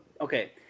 okay